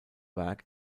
werk